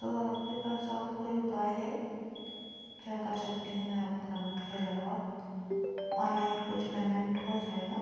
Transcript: तो आप के पास और कोई उपाय है क्या कर सकती हूँ मैं आप को नग़द के अलावा ऑनलाइन कुछ पेमेंट हो जाएगा